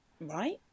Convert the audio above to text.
Right